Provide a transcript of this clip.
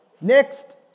Next